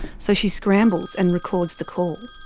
so she scrambles and records the call.